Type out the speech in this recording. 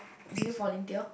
do you volunteer